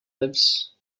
lives